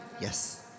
Yes